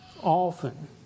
often